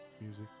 music